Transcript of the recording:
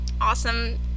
awesome